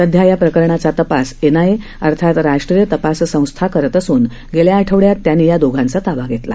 सध्या या प्रकरणाचा तपास एनआयए अर्थात राष्ट्रीय तपास संस्था करत असून गेल्या आठवड़यात त्यांनी या दोघांचा ताबा घेतला